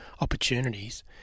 opportunities